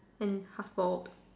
and half bald